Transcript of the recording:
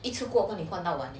一次过帮你换到完 eh